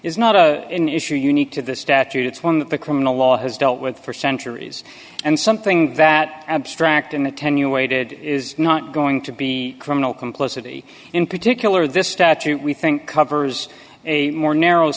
is not an issue unique to the statute it's one that the criminal law has dealt with for centuries and something that abstract an attenuated is not going to be criminal complicity in particular this statute we think covers a more narrow